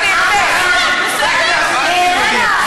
אף אחד, רק להסית אתם יודעים.